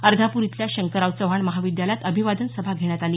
अर्धापूर इथल्या शंकरराव चव्हाण महाविद्यालयात अभिवादन सभा घेण्यात आली